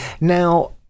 Now